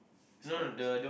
it's